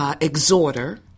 exhorter